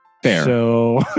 fair